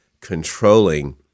controlling